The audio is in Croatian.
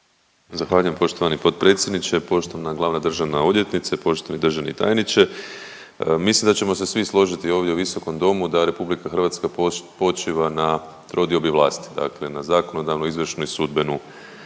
Zahvaljujem poštovani potpredsjedniče. Poštovana glavna državna odvjetnice, poštovani državni tajniče mislim da ćemo se svi složiti ovdje u visokom domu da RH počiva na trodiobi vlasti. Dakle, na zakonodavnoj, izvršnoj i sudbenu